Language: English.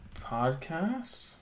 podcast